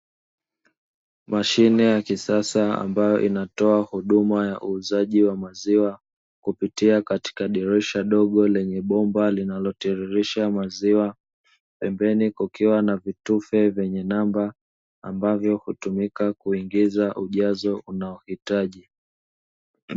Mashine ya kisasa ambayo inatoa huduma ya uuzaji wa maziwa, kupitia katika dirisha dogo lenye bomba linalotiririsha maziwa, pembeni kukikiwa na vitufe vyenye namba ambavyo hutumika kuingiza ujazo unaohitaji.